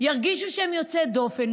ירגישו שהם יוצאי דופן.